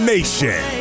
Nation